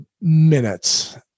minutes